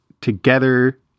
together